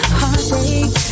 heartbreak